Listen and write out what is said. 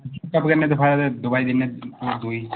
checkup कन्नै दखाया ते दवाई दिन्ने दूई